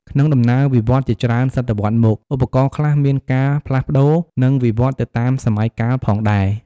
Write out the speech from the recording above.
ក្នុងដំណើរវិវត្តន៍ជាច្រើនសតវត្សរ៍មក ឧបករណ៍ខ្លះមានការផ្លាស់ប្តូរ និងវិវត្តន៍ទៅតាមសម័យកាលផងដែរ។